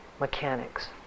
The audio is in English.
mechanics